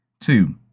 Two